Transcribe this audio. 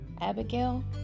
Abigail